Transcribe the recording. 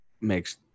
makes